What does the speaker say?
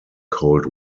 cold